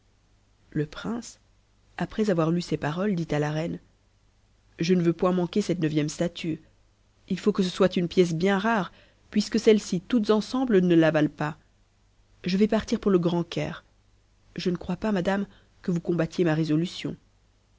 le prince après avoir lu ces paroles dit à la reine n je ne veux point manquer cette neuvième statue il faut que ce soit une pièce bien rare puisque celles-ci toutes ensemble ne la valent pas je vais partir pour le grand caire je ne crois pas madame que vous combattiez ma résolution